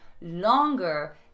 longer